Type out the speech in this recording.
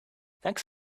thanks